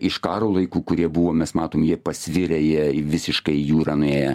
iš karo laikų kurie buvo mes matom jie pasvirę jie į visiškai į jūrą nuėję